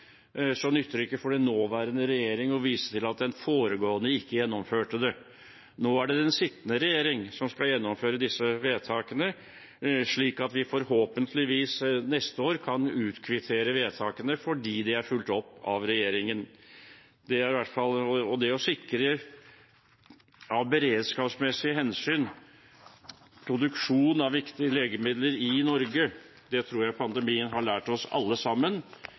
for den nåværende regjering å vise til at den foregående ikke gjennomførte det. Nå er det den sittende regjering som skal gjennomføre disse vedtakene, slik at vi forhåpentligvis neste år kan utkvittere vedtakene fordi de er fulgt opp av regjeringen. Jeg tror at det å sikre – av beredskapsmessige hensyn – produksjon av viktige legemidler i Norge, er noe pandemien har lært oss alle sammen.